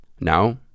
Now